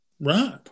Right